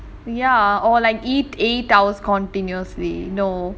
ya or like eat eight hours continuously no